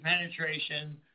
penetration